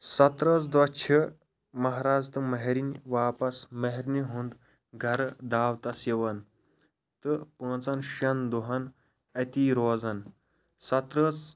سَتہٕ رٲژ دۄہ چھِ ماہراز تہٕ ماہرِنۍ واپس ماہرنہِ ہُنٛد گھرٕ دعوتَس یِوان تہٕ پانٛژَن شیٚن دۄہَن اَتی روزان ستہٕ رٲژ